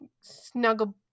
snuggle